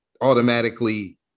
automatically